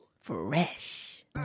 fresh